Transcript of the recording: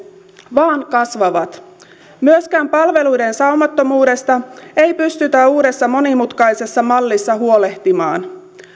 vaan kasvavat myöskään palveluiden saumattomuudesta ei pystytä uudessa monimutkaisessa mallissa huolehtimaan